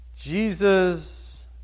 Jesus